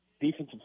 defensive